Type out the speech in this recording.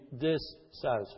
dissatisfied